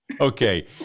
okay